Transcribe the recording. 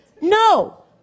No